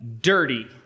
dirty